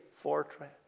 fortress